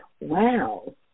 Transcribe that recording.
Wow